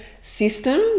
system